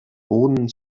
boden